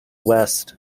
west